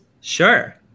Sure